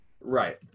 Right